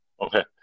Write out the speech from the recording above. Okay